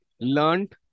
learned